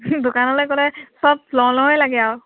দোকানলৈ গ'লে সব লওঁ লওৱে লাগে আৰু